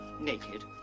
naked